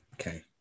Okay